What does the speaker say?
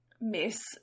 miss